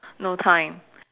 no time